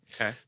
okay